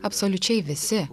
absoliučiai visi